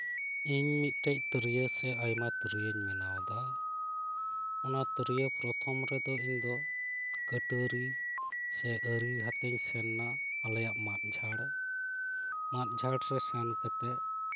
ᱤᱧ ᱢᱤᱫᱴᱮᱡ ᱛᱤᱨᱭᱳ ᱥᱮ ᱟᱭᱢᱟ ᱛᱤᱨᱭᱳᱧ ᱵᱮᱱᱟᱣᱫᱟ ᱚᱱᱟ ᱛᱤᱨᱭᱳ ᱯᱨᱚᱛᱷᱚᱢ ᱨᱮᱫᱚ ᱤᱧᱫᱚ ᱠᱟᱹᱴᱟᱹᱨᱤ ᱥᱮ ᱟᱹᱨᱤ ᱟᱛᱮᱧ ᱥᱮᱱ ᱮᱱᱟ ᱟᱞᱮᱭᱟᱜ ᱢᱟᱫ ᱡᱷᱟᱲ ᱢᱟᱫ ᱡᱷᱟᱲ ᱨᱮ ᱥᱮᱱ ᱠᱟᱛᱮᱫ